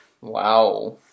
Wow